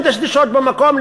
מדשדשות במקום,